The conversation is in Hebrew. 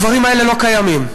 הדברים האלה לא קיימים.